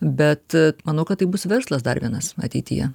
bet manau kad tai bus verslas dar vienas ateityje